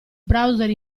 browser